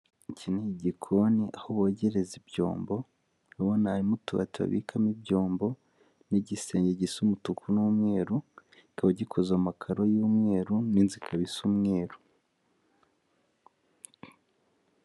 Iki ni igikoni aho bogereza ibyombo urabona utubati babikamo ibyombo n'igisenge gisa umutuku n'umweru kikaba gikoze mu amakaro y'umweru n'inzu ikaba isa umweru.